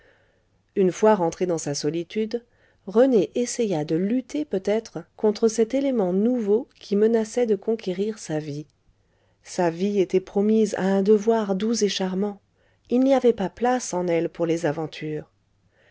une fois rentré dans sa solitude rené essaya de lutter peut-être contre cet élément nouveau qui menaçait de conquérir sa vie sa vie était promise à un devoir doux et charmant il n'y avait pas place en elle pour les aventures